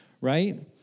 right